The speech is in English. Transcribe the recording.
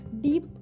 deep